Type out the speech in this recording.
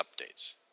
updates